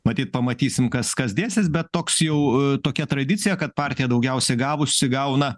matyt pamatysim kas kas dėsis bet toks jau tokia tradicija kad partija daugiausiai gavusi gauna